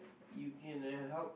you can uh help